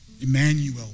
Emmanuel